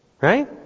Right